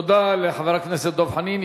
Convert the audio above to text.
תודה לחבר הכנסת דב חנין.